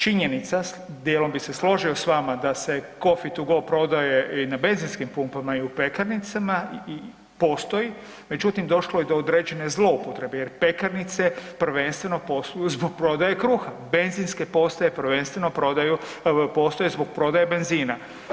Činjenica djelom bi se složio s vama da se coffee to go prodaje i na benzinskim pumpama i u pekarnicama, postoji, međutim došlo je do određene zloupotrebe jer pekarnice prvenstveno posluju zbog prodaje kruha, benzinske postaje prvenstveno prodaju, postoje zbog prodaje benzina.